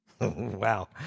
Wow